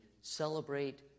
celebrate